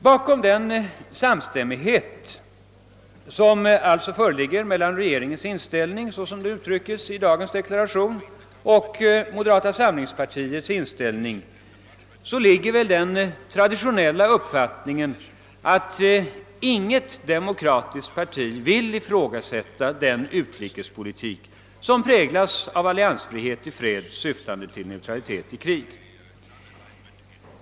Bakom den samstämmighet, som alltså föreligger mellan regeringens inställning, såsom den uttryckes i dagens deklaration, och moderata samlingspartiets inställning, ligger väl den traditionella uppfattningen att inget demokratiskt parti vill ifrågasätta den utrikespolitik som präglas av alliansfrihet i fred syftande till neutralitet i krig.